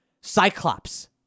Cyclops